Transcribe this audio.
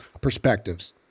perspectives